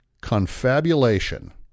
confabulation